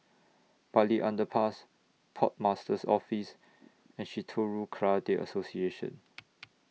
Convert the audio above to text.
Bartley Underpass Port Master's Office and Shitoryu Karate Association